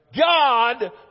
God